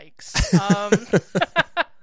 yikes